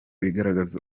igaragaza